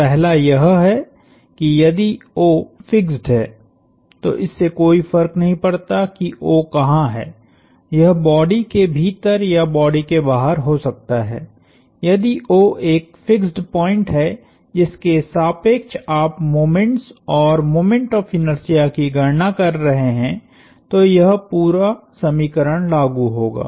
तो पहला यह है कि यदि O फिक्स्ड है तो इससे कोई फर्क नहीं पड़ता कि O कहां है यह बॉडी के भीतर या बॉडी के बाहर हो सकता है यदि O एक फिक्स्ड पॉइंट है जिसके सापेक्ष आप मोमेंट्स और मोमेंट ऑफ़ इनर्शिया की गणना कर रहे हैं तो यह समीकरण लागू होगा